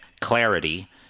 clarity